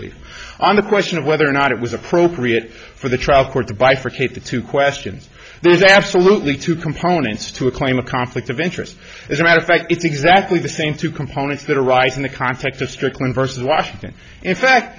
least on the question of whether or not it was appropriate for the trial court to bifurcate the two questions there's absolutely two components to a claim a conflict of interest as a matter of fact it's exactly the same two components that arise in the context of strickland versus washington in fact